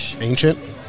ancient